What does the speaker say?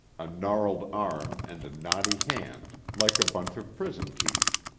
a gnarled arm and a knotty hand like a bunch of prison-keys.